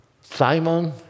Simon